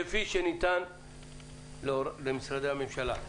כפי שניתן למשרדי הממשלה.